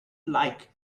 like